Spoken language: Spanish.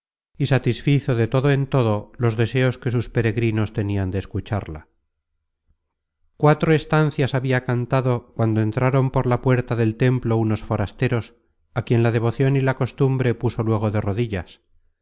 y satisfizo de todo en todo los deseos que sus peregrinos tenian de escucharla cuatro estancias habia cantado cuando entraron por la puerta del templo unos forasteros á quien la devocion y la costumbre puso luego de rodillas